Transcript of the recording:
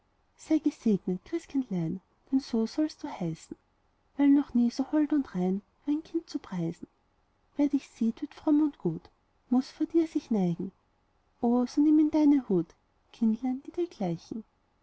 sei gesegnet christkindlein denn so sollst du heißen weil noch nie so hold und rein war ein kind zu preisen wer dich sieht wird fromm und gut muß vor dir sich neigen oh so nimm in deine hut kindlein die dir gleichen